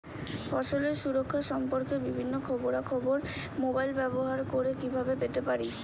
ফসলের সুরক্ষা সম্পর্কে বিভিন্ন খবরা খবর মোবাইল ব্যবহার করে কিভাবে পেতে পারি?